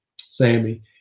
Sammy